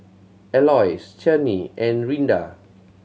Aloys Chanie and Rinda